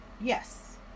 Yes